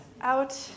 out